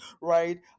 right